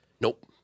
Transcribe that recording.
Nope